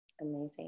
Amazing